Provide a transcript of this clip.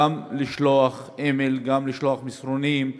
גם לשלוח אימייל, גם לשלוח מסרונים,